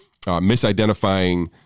misidentifying